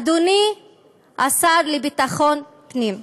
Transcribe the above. אדוני השר לביטחון הפנים,